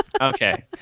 okay